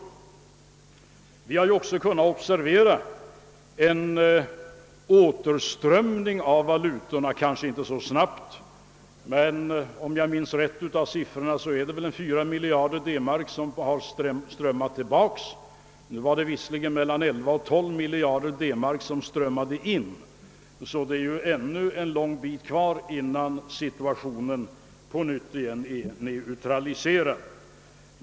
Det har också kunnat noteras en återströmning av valutor. Den har kanske inte varit särskilt snabb, men om jag minns rätt har omkring 4 miljarder D-mark nu strömmat tillbaka. Det var dock mellan 11 och 12 miljarder D mark som strömmade in i Västtyskland, och det är alltså ett gott stycke kvar innan situationen har blivit helt återställd.